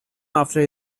after